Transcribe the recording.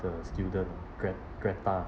the student gret~ greta